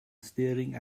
staring